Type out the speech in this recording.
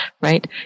right